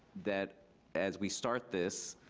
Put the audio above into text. that as we start this,